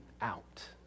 out